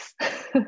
Yes